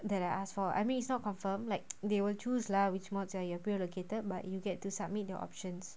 that I ask for I mean it's not confirm like they will choose lah which mods you're pre-allocated but you'll get to submit the options